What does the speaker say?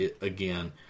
again